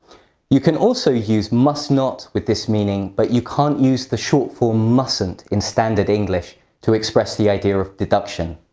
you can also use must not with this meaning, but you can't use the short form mustn't in standard english to express the idea of deduction.